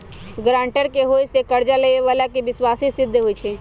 guarantor के होय से कर्जा लेबेय बला के विश्वासी सिद्ध होई छै